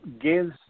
gives